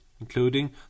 including